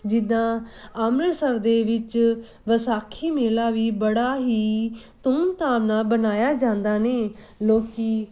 ਜਿੱਦਾਂ ਅੰਮ੍ਰਿਤਸਰ ਦੇ ਵਿੱਚ ਵਿਸਾਖੀ ਮੇਲਾ ਵੀ ਬੜਾ ਹੀ ਧੂਮ ਧਾਮ ਨਾਲ ਮਣਾਇਆ ਜਾਂਦਾ ਨੇ ਲੋਕੀ